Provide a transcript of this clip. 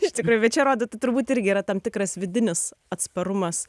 iš tikrųjų bet čia rodytų turbūt irgi yra tam tikras vidinis atsparumas